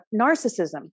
narcissism